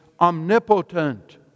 omnipotent